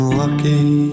lucky